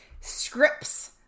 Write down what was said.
scripts